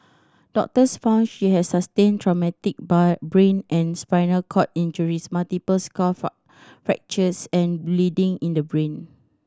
doctors found she had sustained traumatic by brain and spinal cord injuries multiple skull for fractures and bleeding in the brain